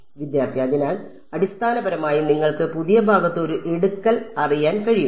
വിദ്യാർത്ഥി അതിനാൽ അടിസ്ഥാനപരമായി നിങ്ങൾക്ക് പുതിയ ഭാഗത്ത് ഒരു എടുക്കൽ അറിയാൻ കഴിയും